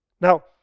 Now